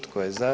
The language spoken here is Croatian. Tko je za?